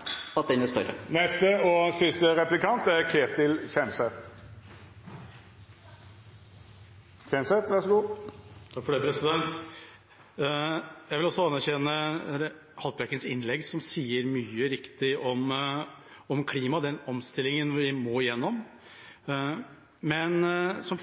er ute. Jeg vil også anerkjenne Haltbrekkens innlegg, som sier mye riktig om klima og den omstillingen vi må gjennom, men som